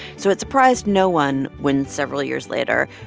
so it surprised no one when several years later,